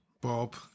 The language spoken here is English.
Bob